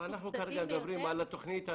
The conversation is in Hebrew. אבל אנחנו כרגע מדברים על התוכנית הלאומית.